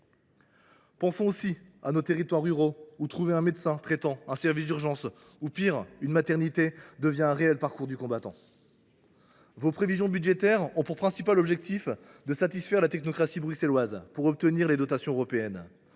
la situation de nos territoires ruraux, où trouver un médecin traitant, un service d’urgences ou, pis encore, une maternité, devient un réel parcours du combattant. Vos prévisions budgétaires ont pour principal objectif de satisfaire la technocratie bruxelloise et d’obtenir les dotations européennes,